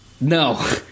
No